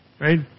right